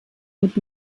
mit